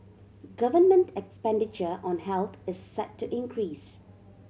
government expenditure on health is set to increase